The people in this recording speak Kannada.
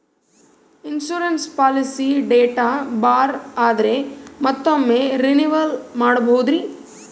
ಇನ್ಸೂರೆನ್ಸ್ ಪಾಲಿಸಿ ಡೇಟ್ ಬಾರ್ ಆದರೆ ಮತ್ತೊಮ್ಮೆ ರಿನಿವಲ್ ಮಾಡಬಹುದ್ರಿ?